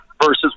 versus